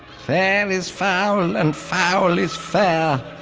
fair is foul and foul is fair.